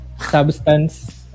substance